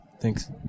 Thanks